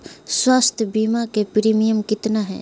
स्वास्थ बीमा के प्रिमियम कितना है?